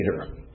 later